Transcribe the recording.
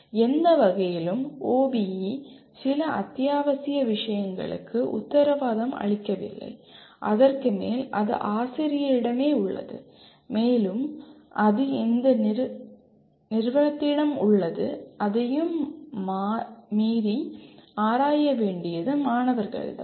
எந்த வகையிலும் OBE சில அத்தியாவசிய விஷயங்களுக்கு உத்தரவாதம் அளிக்கவில்லை அதற்கு மேல் அது ஆசிரியரிடமே உள்ளது மேலும் அது அந்த நிறுவனத்திடம் உள்ளது அதையும் மீறி ஆராய வேண்டியது மாணவர்கள்தான்